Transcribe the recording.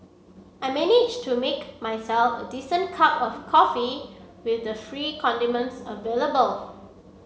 I managed to make myself a decent cup of coffee with the free condiments available